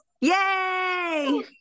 Yay